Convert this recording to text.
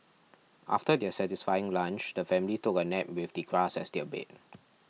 after their satisfying lunch the family took a nap with the grass as their bed